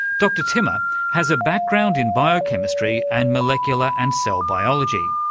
dr timmer has a background in biochemistry and molecular and cell biology,